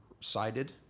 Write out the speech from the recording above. sided